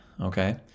okay